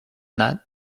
that